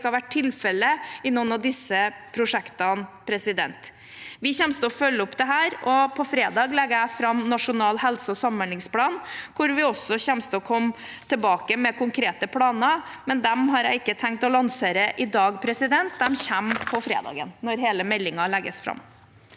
at det ikke har vært tilfellet i noen av disse prosjektene. Vi kommer til å følge opp dette, og på fredag legger jeg fram Nasjonal helse- og samhandlingsplan, hvor vi også kommer tilbake med konkrete planer, men dem har jeg ikke tenkt å lansere i dag – de kommer på fredag når hele meldingen legges fram.